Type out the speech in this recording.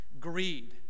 greed